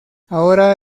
ahora